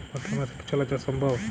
ভাদ্র মাসে কি ছোলা চাষ সম্ভব?